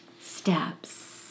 steps